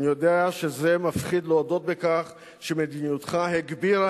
אני יודע שמפחיד להודות בכך שמדיניותך הגבירה